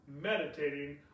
meditating